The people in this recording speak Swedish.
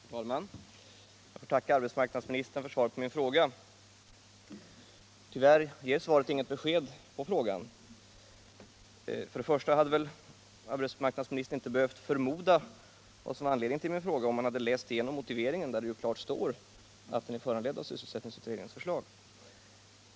Herr talman! Jag ber att få tacka arbetsmarknadsministern för svaret på min fråga. Tyvärr ger svaret inte något besked. Först vill jag säga att arbetsmarknadsministern väl inte behövt ”förmoda” vad som är anledningen till frågan, om han läst igenom motiveringen, där det ju klart står att frågan är föranledd av sysselsättningsutredningens förslag.